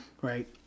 Right